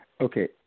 Okay